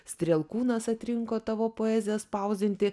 strielkūnas atrinko tavo poeziją spausdinti